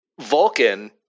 Vulcan